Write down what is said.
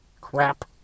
crap